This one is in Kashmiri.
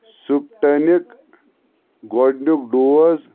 سپَٹنِک گۄڈٕنیٛک ڈوز